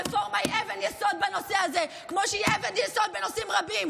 הרפורמה היא אבן יסוד בנושא הזה כמו שהיא אבן יסוד בנושאים רבים